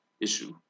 issue